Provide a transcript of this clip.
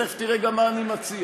ותכף תראה גם מה אני מציע.